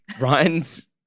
ryan's